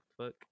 Fuck